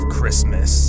Christmas